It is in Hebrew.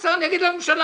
בסדר, אני אגיד לממשלה.